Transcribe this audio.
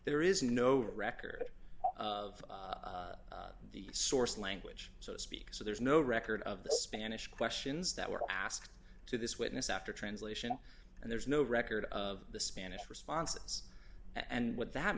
there is no record of the source language so to speak so there's no record of the spanish questions that were asked to this witness after translation and there's no record of the spanish responses and what that